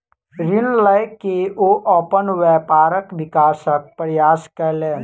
ऋण लय के ओ अपन व्यापारक विकासक प्रयास कयलैन